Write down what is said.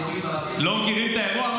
אז יורים באוויר --- לא מכירים את האירוע?